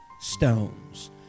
stones